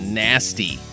nasty